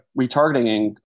retargeting